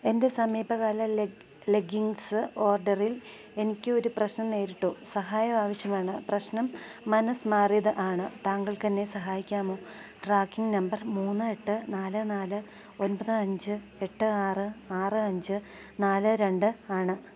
എൻ്റെ സമീപകാല leg leggings ഓർഡറിൽ എനിക്ക് ഒരു പ്രശ്നം നേരിട്ടു സഹായം ആവശ്യമാണ് പ്രശ്നം മനസ് മാറിയത് ആണ് താങ്കൾക്ക് എന്നെ സഹായിക്കാമോ ട്രാക്കിംഗ് നമ്പർ മൂന്ന് എട്ട് നാല് നാല് ഒന്പത് അഞ്ച് എട്ട് ആറ് ആറ് അഞ്ച് നാല് രണ്ട് ആണ്